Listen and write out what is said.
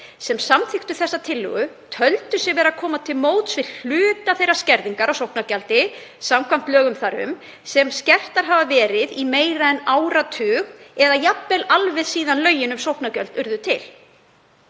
sem samþykktu hana hafi talið sig vera að koma til móts við hluta skerðingar á sóknargjöldum samkvæmt lögum þar um, sem skert hafa verið í meira en áratug eða jafnvel alveg síðan lög um sóknargjöld urðu til.